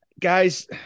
Guys